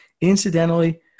Incidentally